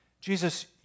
Jesus